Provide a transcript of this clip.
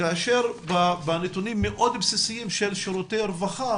כאשר בנתונים מאוד בסיסיים של שירותי הרווחה